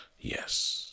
yes